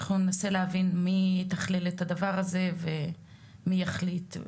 אנחנו ננסה להבין מי יתכלל אל הדבר הזה ומי יחליט.